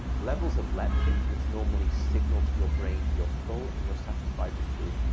levels of leptin, which normally signal to your brain you're full and you're satisfied with food,